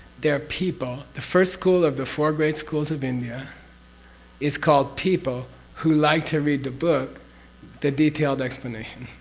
their people, the first school of the four great schools of india is called people who like to read the book the detailed explanation?